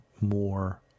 more